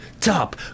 top